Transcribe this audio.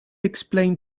explain